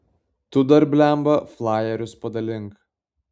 tu dar blemba flajerius padalink